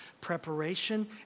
preparation